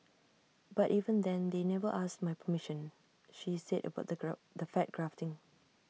but even then they never asked my permission she said about the graft the fat grafting